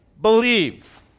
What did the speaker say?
believe